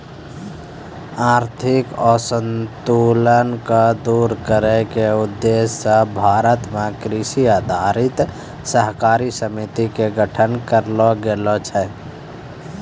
आर्थिक असंतुल क दूर करै के उद्देश्य स भारत मॅ कृषि आधारित सहकारी समिति के गठन करलो गेलो छै